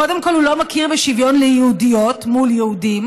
קודם כול הוא לא מכיר בשוויון יהודיות מול יהודים,